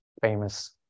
famous